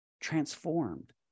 transformed